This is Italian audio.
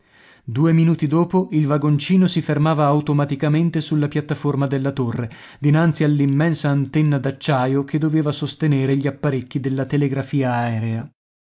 due minuti dopo il vagoncino si fermava automaticamente sulla piattaforma della torre dinanzi all'immensa antenna d'acciaio che doveva sostenere gli apparecchi della telegrafia aerea